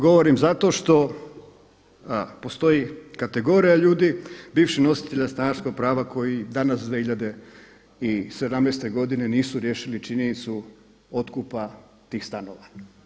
Govorim zato što postoji kategorija ljudi bivših nositelja stanarskog prava koji danas 2017. godine nisu riješili činjenicu otkupa tih stanova.